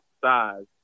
size